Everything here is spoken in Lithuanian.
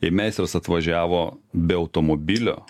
ir meistras atvažiavo be automobilio